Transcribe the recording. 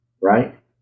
right